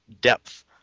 depth